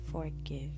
forgive